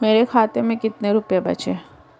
मेरे खाते में कितने रुपये बचे हैं?